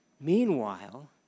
Meanwhile